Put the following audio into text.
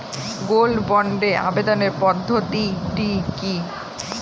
Gold বন্ডে আবেদনের পদ্ধতিটি কি?